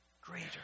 greater